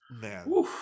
man